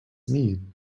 mean